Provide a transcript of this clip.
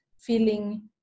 feeling